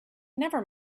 never